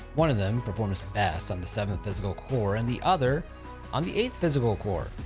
one of them performance best on the seventh physical core and the other on the eighth physical core,